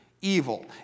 evil